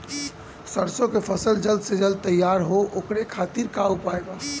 सरसो के फसल जल्द से जल्द तैयार हो ओकरे खातीर का उपाय बा?